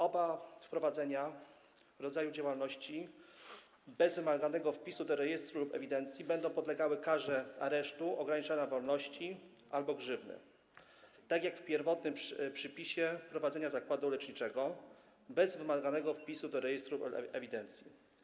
Oba wprowadzane rodzaje działalności bez wymaganego wpisu do rejestru ewidencji będą podlegały karze aresztu, ograniczenia wolności albo grzywny - tak jak w pierwotnym przepisie prowadzenia zakładu leczniczego bez wymaganego wpisu do rejestru ewidencji.